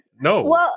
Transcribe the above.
No